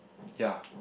ya